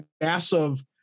massive